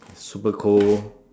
super cold